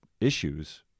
issues